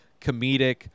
comedic